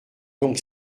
donc